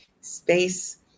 space